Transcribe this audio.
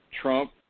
Trump